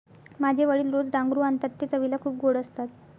माझे वडील रोज डांगरू आणतात ते चवीला खूप गोड असतात